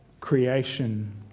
creation